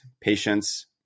patience